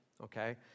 Okay